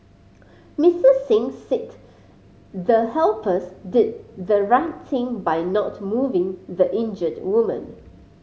Missus Singh said the helpers did the right thing by not moving the injured woman